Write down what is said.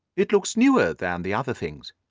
it looks newer than the other things?